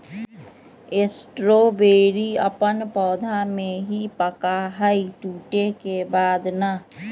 strawberry अपन पौधा में ही पका हई टूटे के बाद ना